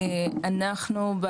אנחנו,